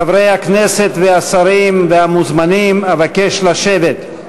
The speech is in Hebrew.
חברי הכנסת והשרים והמוזמנים, אבקש לשבת.